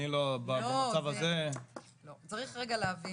אני לא במצב הזה --- צריך רגע להבין